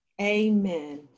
Amen